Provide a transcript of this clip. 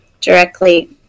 directly